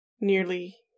nearly